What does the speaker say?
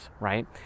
right